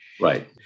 Right